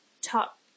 top